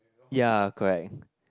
ya correct